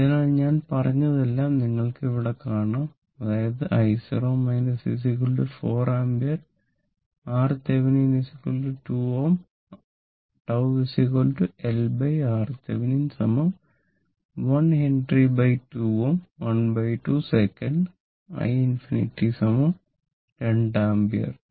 അതിനാൽ ഞാൻ പറഞ്ഞതെല്ലാം നിങ്ങൾക്ക് ഇവിടെ കാണാം അതായത് i0 4 ampere RThevenin 2 Ω τ LRThevenin 1 ഹെൻറി2 Ω 12 സെക്കൻഡ് i ∞ 2 ആമ്പിയർ